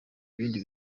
ibindi